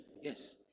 Yes